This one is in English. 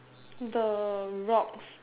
the rocks